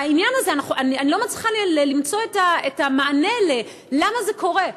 ואני לא מצליחה למצוא את המענה למה זה קורה,